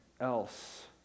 else